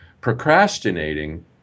procrastinating